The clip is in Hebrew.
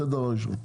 זה דבר ראשון.